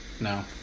No